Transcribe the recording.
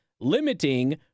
limiting